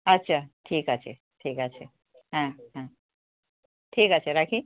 আচ্ছা ঠিক আছে ঠিক আছে হ্যাঁ হ্যাঁ ঠিক আছে রাখি